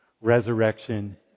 resurrection